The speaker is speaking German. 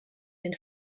den